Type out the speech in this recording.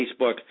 Facebook